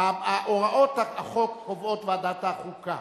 הוראות החוק קובעות ועדת החוקה.